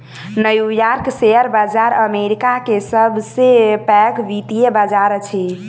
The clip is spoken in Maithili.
न्यू यॉर्क शेयर बाजार अमेरिका के सब से पैघ वित्तीय बाजार अछि